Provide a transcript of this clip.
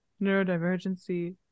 neurodivergency